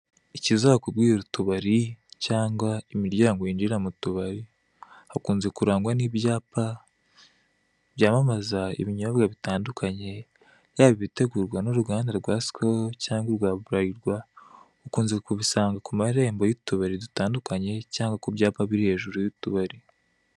Ikizakubwira utubari cyangwa imiryango yinjira mu tubari hakunze kurangwa n'ibyapa byamamaza ibinyobwa bitandukanye yaba ibitegurwa n'uruganda rwa sikoro cyangwa urwa burarirwa ukunze kubisanga ku marembo y'utubari dutandukanye cyangwa ku byapa biri hejuru y'utubari.